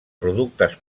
productes